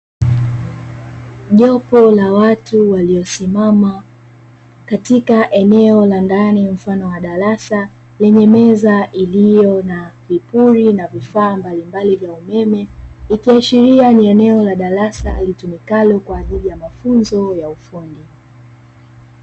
Jopu la watu waliosimama katika eneo la ndani mfano wa darasa lenye meza, iliyo na vipuri na vifaa mbalimbali vya umeme na darasa hilo kwa ajili ya mafunzo ya ufundi.